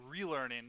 relearning